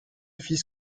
fils